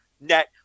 net